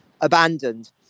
abandoned